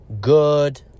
good